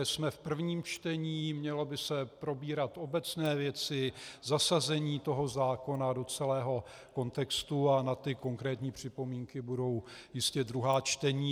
Jsme v prvním čtení, měly by se probírat obecné věci, zasazení toho zákona do celého kontextu a na ty konkrétní připomínky budou jistě druhá čtení.